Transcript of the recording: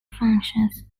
functions